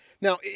Now